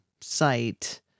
site